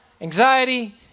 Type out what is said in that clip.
anxiety